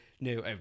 no